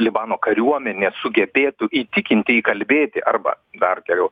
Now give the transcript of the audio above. libano kariuomenė sugebėtų įtikinti įkalbėti arba dar geriau